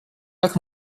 как